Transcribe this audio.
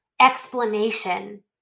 explanation